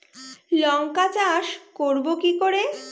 লঙ্কা চাষ করব কি করে?